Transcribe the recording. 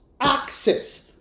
access